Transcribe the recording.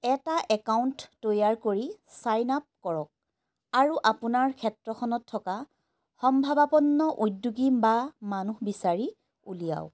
এটা একাউণ্ট তৈয়াৰ কৰি ছাইন আপ কৰক আৰু আপোনাৰ ক্ষেত্ৰখনত থকা সম্ভাবাপন্ন উদ্যোগী বা মানুহ বিচাৰি উলিয়াওক